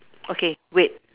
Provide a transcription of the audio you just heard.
okay wait